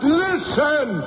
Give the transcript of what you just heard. listen